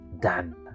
done